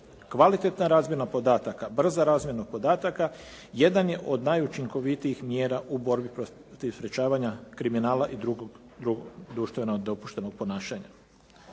Kvalitetna razmjena podataka, brza razmjena podataka jedan je od najučinkovitijih mjera u borbi protiv sprječavanja kriminala i drugog društveno dopuštenog ponašanja.